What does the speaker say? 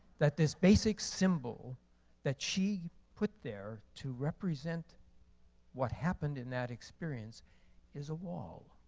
that this basic symbol that she put there to represent what happened in that experience is a wall.